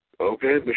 Okay